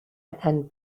and